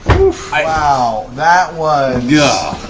wow. that was yeah